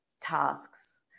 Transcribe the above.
tasks